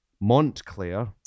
Montclair